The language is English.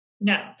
No